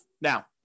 Now